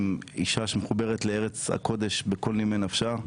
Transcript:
אישה שמחוברת לארץ הקודש בכל נימי נפשה.